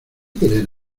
querer